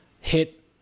hit